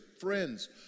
friends